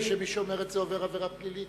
מי שאומר את זה עובר עבירה פלילית,